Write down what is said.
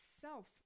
self